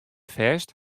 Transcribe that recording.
fêst